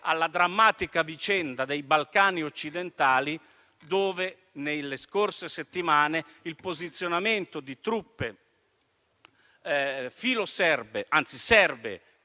della drammatica vicenda dei Balcani occidentali, dove nelle scorse settimane il posizionamento di truppe serbe, che